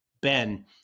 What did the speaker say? Ben